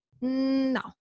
No